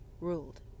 ruled